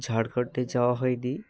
ঝাড়খন্ডে যাওয়া হয়নি